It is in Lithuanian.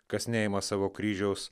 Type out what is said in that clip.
kas neima savo kryžiaus